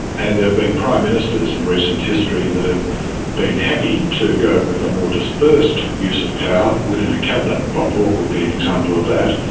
and there have been prime ministers in recent history that have ah been happy to go with a more dispersed use of power within a cabinet. bob hawke would be an example of that.